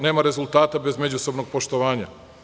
Nema rezultata bez međusobnog poštovanja.